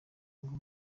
ngo